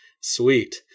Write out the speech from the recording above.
sweet